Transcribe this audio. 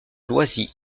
loisy